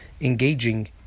engaging